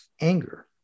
anger